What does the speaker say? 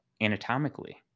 anatomically